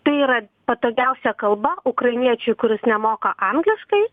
tai yra patogiausia kalba ukrainiečiui kuris nemoka angliškai